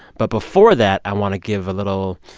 but before that, i want to give a little,